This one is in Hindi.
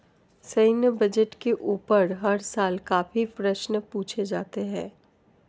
सैन्य बजट के ऊपर हर साल काफी प्रश्न पूछे जाते हैं